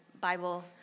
Bible